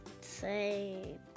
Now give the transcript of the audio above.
say